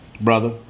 Brother